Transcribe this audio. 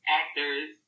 actors